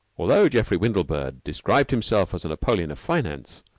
altho geoffrey windlebird described himself as a napoleon of finance,